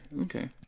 okay